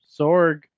sorg